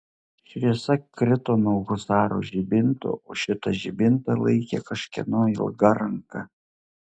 šviesa krito nuo husaro žibinto o šitą žibintą laikė kažkieno ilga ranka